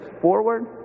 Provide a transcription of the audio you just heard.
forward